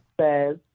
says